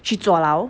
去坐牢